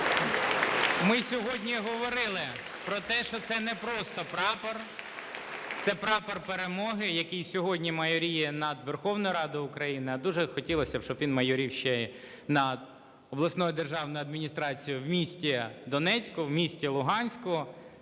Ми сьогодні говорили про те, що це не просто прапор – це прапор перемоги, який сьогодні майоріє над Верховною Радою України. А дуже хотілося, щоб він майорів ще й над обласною державною адміністрацією в місті Донецьку, в місті Луганську,